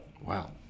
Wow